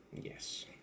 Yes